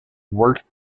worked